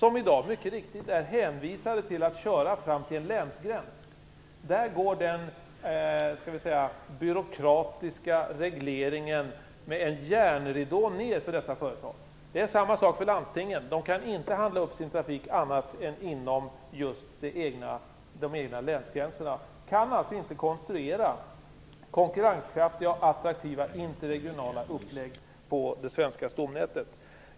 De är mycket riktigt i dag hänvisade till att köra fram till en länsgräns, där den byråkratiska regleringen drar ner en järnridå för dessa företag. Det är samma sak med landstingen. De kan inte handla upp sin trafik annat än inom de egna länsgränserna, och de kan alltså inte konstruera konkurrenskraftiga och attraktiva interregionala upplägg på det svenska stomnätet.